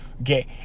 okay